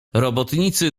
robotnicy